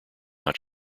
not